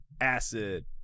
Acid